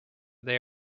they